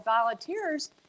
volunteers